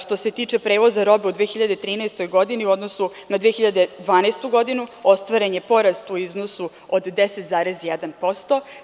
Što se tiče prevoza robe u 2013. godini u odnosu na 2012. godinu ostvaren je porast u iznosu od 10,1%